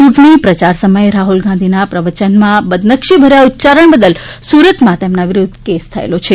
ચૂંટણી પ્રચાર સમયે રાહ્લ ગાંધીના પ્રવયનમાં બદનક્ષીભર્યા ઉચ્યારણ બદલ સુરતમાં કેસ થયેલો છે